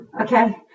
Okay